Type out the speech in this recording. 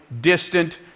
distant